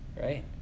right